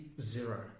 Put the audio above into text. zero